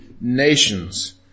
nations